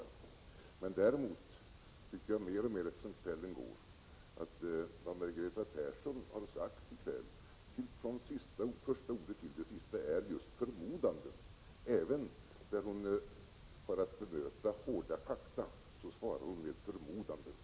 Jag tycker allteftersom kvällen lider att vad Margareta Persson har sagt här, från första ordet till det sista, är just förmodanden. Även när hon har att bemöta hårda fakta svarar hon med förmodanden.